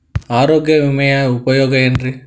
ಆರೋಗ್ಯ ವಿಮೆಯ ಉಪಯೋಗ ಏನ್ರೀ?